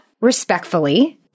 respectfully